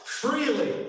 freely